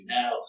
now